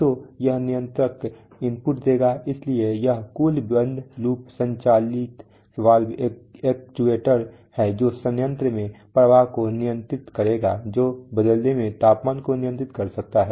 तो यह नियंत्रक इनपुट देगा इसलिए यह कुल बंद लूप संचालित वाल्व एक्ट्यूएटर है जो संयंत्र में प्रवाह को नियंत्रित करेगा जो बदले में तापमान को नियंत्रित कर सकता है